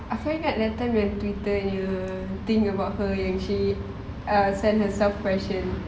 aku ingat yang that time yang twitter dia the thing about her yang she send herself question